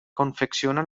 confecciona